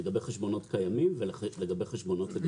לגבי חשבונות קיימים ולגבי חשבונות חדשים.